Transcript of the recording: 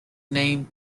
name